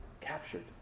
captured